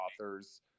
authors